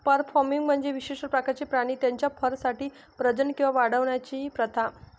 fur farming म्हणजे विशिष्ट प्रकारचे प्राणी त्यांच्या फरसाठी प्रजनन किंवा वाढवण्याची प्रथा